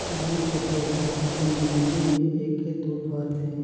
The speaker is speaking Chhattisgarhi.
बाँस के पउधा हर अपन जिनगी में एके तोर फरथे